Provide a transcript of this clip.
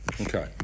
Okay